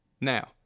now